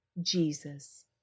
Jesus